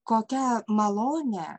kokia malonė